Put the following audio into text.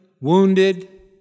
wounded